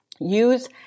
Use